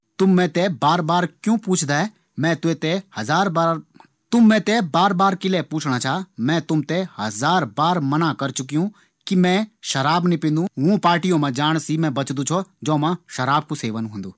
तुम मिथे बार-बार किले पूछणा छा? मैं तुम थें हजार बार मना कर चुकियों कि मैं शराब नी पिंदू। वूँ पार्टियों मा जाण सी मैं बचदू छौ ज्यूँ मा शराब कू सेवन होन्दु।